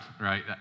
right